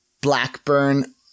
Blackburn